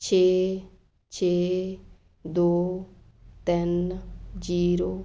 ਛੇ ਛੇ ਦੋ ਤਿੰਨ ਜ਼ੀਰੋ